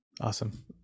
Awesome